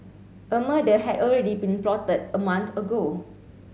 a murder had already been plotted a month ago